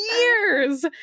years